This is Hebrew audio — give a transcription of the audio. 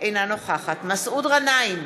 אינה נוכחת מסעוד גנאים,